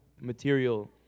material